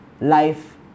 life